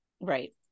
right